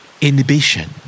Inhibition